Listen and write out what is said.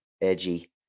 edgy